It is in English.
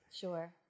Sure